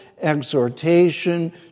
exhortation